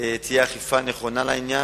תהיה אכיפה נכונה בעניין,